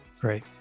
Great